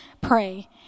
pray